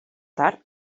tard